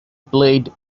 played